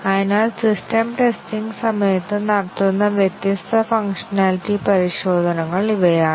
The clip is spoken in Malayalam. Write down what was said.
അതിനാൽ സിസ്റ്റം ടെസ്റ്റിംഗ് സമയത്ത് നടത്തുന്ന വ്യത്യസ്ത ഫംഗ്ഷനാലിറ്റി പരിശോധനകൾ ഇവയാണ്